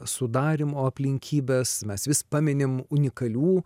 sudarymo aplinkybes mes vis paminim unikalių